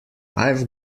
i’ve